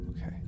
Okay